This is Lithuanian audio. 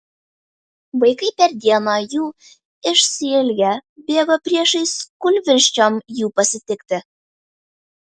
vaikai per dieną jų išsiilgę bėgo priešais kūlvirsčiom jų pasitikti